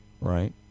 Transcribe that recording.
Right